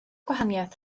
gwahaniaeth